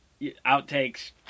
outtakes